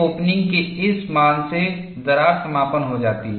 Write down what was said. K op के इस मान से दरार समापन हो जाती है